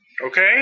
Okay